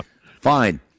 Fine